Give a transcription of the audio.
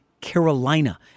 Carolina